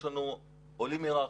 אנחנו עולים היררכיה.